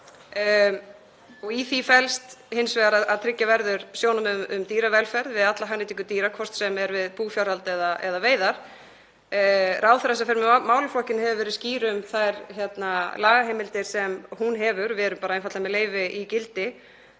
Í því felst að tryggja verður sjónarmið um dýravelferð við alla hagnýtingu dýra, hvort sem er við búfjárhald eða veiðar. Ráðherra sem fer með málaflokkinn hefur verið skýr um þær lagaheimildir sem hún hefur. Við erum bara einfaldlega með leyfi í gildi